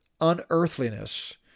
unearthliness